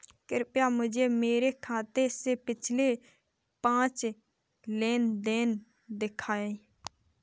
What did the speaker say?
कृपया मुझे मेरे खाते से पिछले पाँच लेन देन दिखाएं